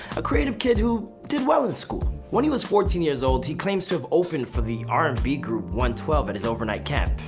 a creative kid who did well in school. when he was fourteen years old, he claims to have opened for the r and b group one twelve at his overnight camp,